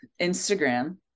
Instagram